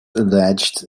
alleged